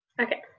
Okay